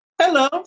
Hello